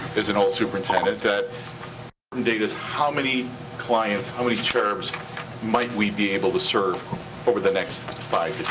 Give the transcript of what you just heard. as an old superintendent, that um data's how many clients, how many terms might we be able to serve over the next five